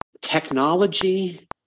Technology